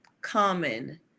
common